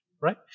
right